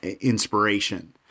inspiration